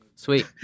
Sweet